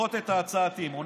לדחות את הצעת האי-אמון.